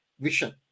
vision